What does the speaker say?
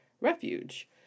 refuge